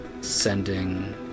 sending